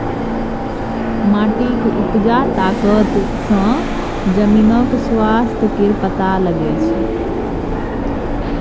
माटिक उपजा तागत सँ जमीनक स्वास्थ्य केर पता लगै छै